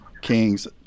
Kings